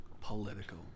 political